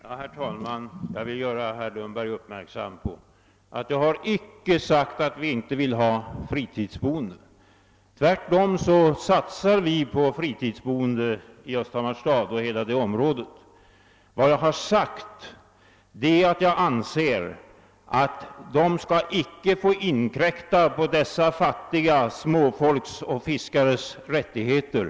Herr talman! Jag vill göra herr Lundberg uppmärksam på att jag icke har sagt att vi inte vill ha fritidsboende i våra bygder. Tvärtom satsar man både i Östhammars stad och i hela området på fritidsbebyggelse. Vad jag har sagt är, att jag anser att fritidsbefolkningen icke skall få inkräkta på det fattiga småfolkets och fiskarnas rättigheter.